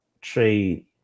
trade